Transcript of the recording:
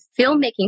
filmmaking